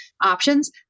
options